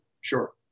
sure